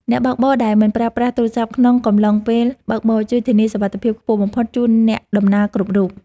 អ្នកបើកបរដែលមិនប្រើប្រាស់ទូរស័ព្ទក្នុងកំឡុងពេលបើកបរជួយធានាសុវត្ថិភាពខ្ពស់បំផុតជូនអ្នកដំណើរគ្រប់រូប។